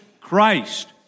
Christ